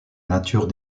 nature